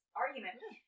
argument